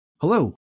Hello